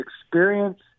experience